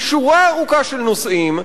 בשורה ארוכה של נושאים,